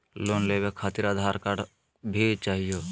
Loan लेवे खातिरआधार card भी चाहियो?